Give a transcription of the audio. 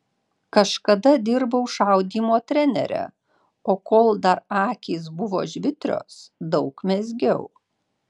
kažkada dirbau šaudymo trenere o kol dar akys buvo žvitrios daug mezgiau